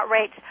rates